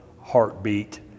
heartbeat